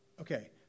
okay